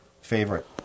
favorite